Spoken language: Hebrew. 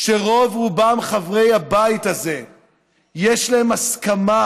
שרוב-רובם של חברי הבית הזה יש להם הסכמה